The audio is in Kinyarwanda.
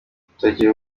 kutagira